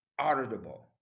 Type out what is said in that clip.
auditable